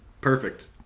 perfect